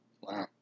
Wow